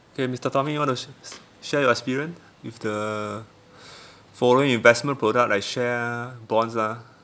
okay mister tommy you want to sh~ s~ share your experience with the following investment product like share bonds lah